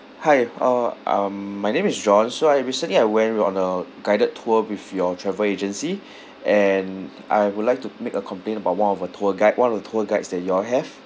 hi uh um my name is john so I recently I went on a guided tour with your travel agency and I would like to make a complaint about one of the tour guide one of the tour guides that you all have